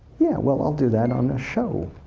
yeah, well, i'll do that on a show.